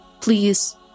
Please